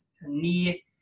knee